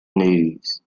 news